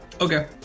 Okay